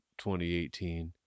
2018